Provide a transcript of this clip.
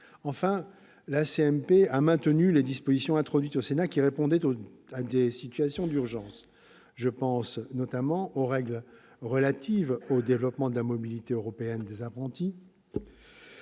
paritaire a maintenu les dispositions introduites au Sénat qui répondaient à des situations d'urgence. Je pense notamment aux règles relatives au développement de la mobilité européenne des apprentis,